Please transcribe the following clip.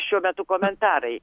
šiuo metu komentarai